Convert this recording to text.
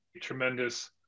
tremendous